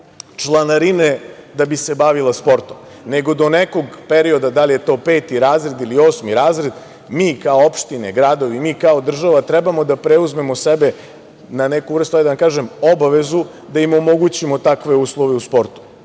da bi se bavila sportom, nego do nekog perioda, da li je to peti razred ili osmi razred, mi kao opštine, gradovi, mi kao država trebamo da preuzmemo na sebe neku vrstu, hajde da kažem, obavezu, da im omogućimo takve uslove u